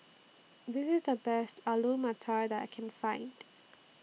This IS The Best Alu Matar that I Can Find